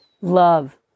love